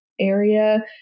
area